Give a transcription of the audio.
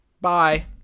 Bye